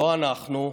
לא אנחנו,